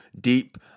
deep